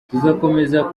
tuzakomeza